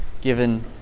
given